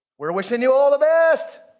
we're wishing you all the best.